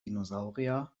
dinosaurier